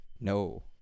no